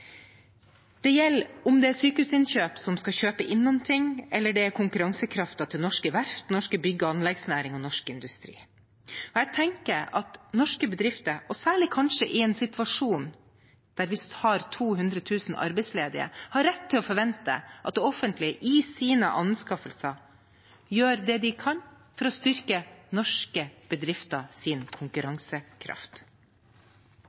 Det gjelder om det er et sykehus som skal kjøpe inn noe, eller om det er konkurransekraften til norske verft, norsk bygge- og anleggsnæring og norsk industri. Jeg tenker at norske bedrifter, særlig kanskje i en situasjon der vi har 200 000 arbeidsledige, har rett til å forvente at det offentlige i sine anskaffelser gjør det de kan for å styrke norske